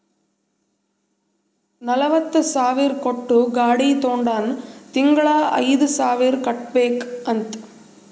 ನಲ್ವತ ಸಾವಿರ್ ಕೊಟ್ಟು ಗಾಡಿ ತೊಂಡಾನ ತಿಂಗಳಾ ಐಯ್ದು ಸಾವಿರ್ ಕಟ್ಬೇಕ್ ಅಂತ್